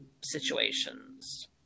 situations